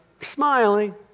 smiling